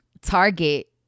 Target